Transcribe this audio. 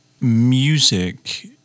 music